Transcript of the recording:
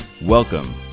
Welcome